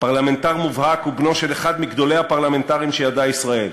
פרלמנטר מובהק ובנו של אחד מגדולי הפרלמנטרים שידעה ישראל.